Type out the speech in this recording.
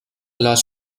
las